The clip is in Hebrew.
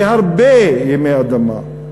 זה הרבה ימי אדמה.